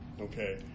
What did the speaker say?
okay